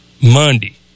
Monday